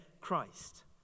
Christ